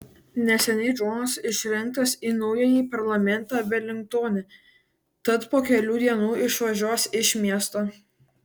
neseniai džonas išrinktas į naująjį parlamentą velingtone tad po kelių dienų išvažiuos iš miesto